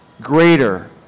greater